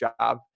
job